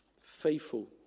faithful